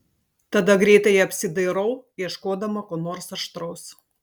tada greitai apsidairau ieškodama ko nors aštraus